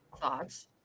thoughts